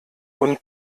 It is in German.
und